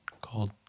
called